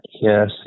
Yes